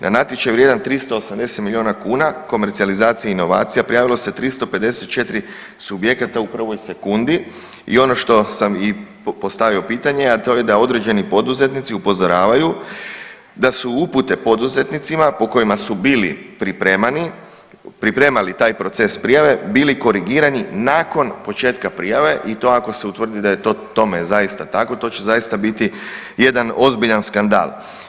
Na natječaj vrijedan 380 milijuna kuna komercijalizacija i inovacija prijavilo se 354 subjekata u prvoj sekundi i ono što sam i postavio pitanje, a to je da određeni poduzetnici upozoravaju da su upute poduzetnicima po kojima su bili pripremani, pripremali taj proces prijave bili korigirani nakon početka prijave i to ako se utvrdi da je to tome zaista tako to će zaista biti jedan ozbiljan skandal.